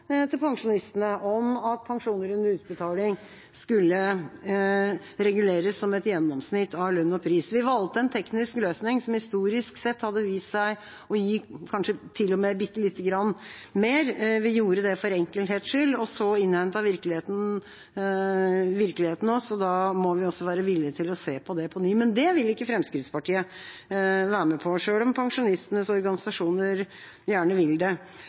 til pensjonistene om at pensjoner under utbetaling skulle reguleres som et gjennomsnitt av lønn og pris. Vi valgte en teknisk løsning som historisk sett hadde vist seg å gi kanskje til og med lite grann mer. Vi gjorde det for enkelhets skyld, så innhentet virkeligheten oss, og da må vi også være villige til å se på det på nytt. Men det vil ikke Fremskrittspartiet være med på, selv om pensjonistenes organisasjoner gjerne vil det.